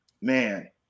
man